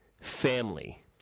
family